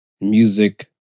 music